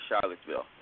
Charlottesville